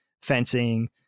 fencing